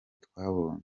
twabonye